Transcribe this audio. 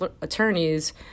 attorneys